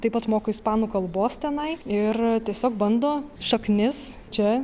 taip pat moko ispanų kalbos tenai ir tiesiog bando šaknis čia